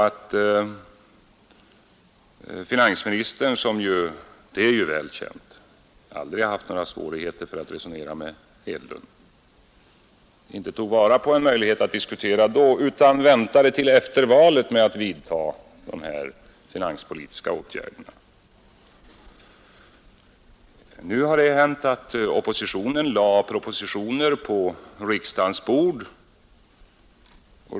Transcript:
Tog finansministern — det är ju välkänt att han aldrig har haft några svårigheter att resonera med herr Hedlund — inte vara på en möjlighet att diskutera då utan väntade till efter valet med att vidta de här finanspolitiska åtgärderna? Nu har det hänt att oppositionen lade motioner på riksdagens bord.